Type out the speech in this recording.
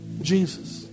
Jesus